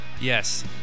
Yes